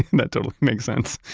that totally makes sense.